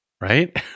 right